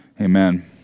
Amen